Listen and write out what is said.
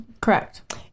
Correct